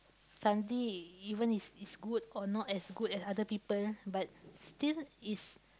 something even is is good or not as good as other people but still is